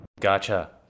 Gotcha